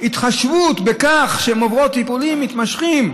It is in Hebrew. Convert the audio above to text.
התחשבות בכך שהן עוברות טיפולים מתמשכים,